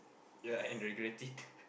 ya and regret it